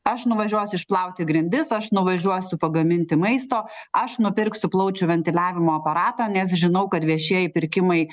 aš nuvažiuosiu išplauti grindis aš nuvažiuosiu pagaminti maisto aš nupirksiu plaučių ventiliavimo aparatą nes žinau kad viešieji pirkimai